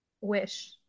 wish